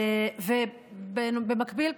במקביל,